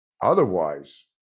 Otherwise